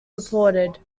reported